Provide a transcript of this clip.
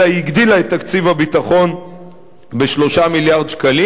אלא הגדילה את תקציב הביטחון ב-3 מיליארד שקלים.